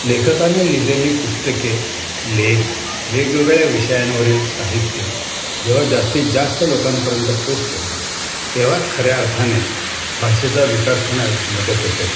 लेखकाने लिहिलेली पुस्तके लेख वेगवेगळ्या विषयांवरील साहित्य जेव्हा जास्तीत जास्त लोकांपर्यंत पोचते तेव्हाच खऱ्या अर्थाने भाषेचा विकास होण्यास मदत होते